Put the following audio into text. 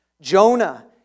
Jonah